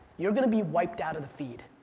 you're gonna be wiped out of the feed.